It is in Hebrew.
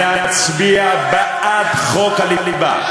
ולהצביע בעד חוק הליבה,